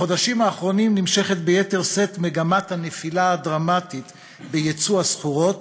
בחודשים האחרונים נמשכת ביתר שאת מגמת הנפילה הדרמטית בייצוא הסחורות,